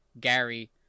Gary